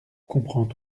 comprend